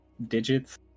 digits